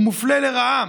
הוא מופלה לרעה.